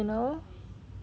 you know